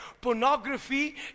Pornography